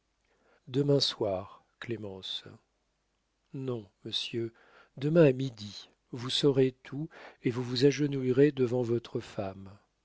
demain soir clémence non monsieur demain à midi vous saurez tout et vous vous agenouillerez devant votre femme